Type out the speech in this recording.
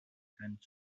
and